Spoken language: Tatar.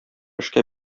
эшкә